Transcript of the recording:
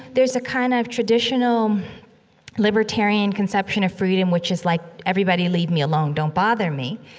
there's a kind of traditional libertarian conception of freedom which is like everybody leave me alone, don't bother me.